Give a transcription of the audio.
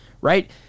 right